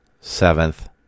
seventh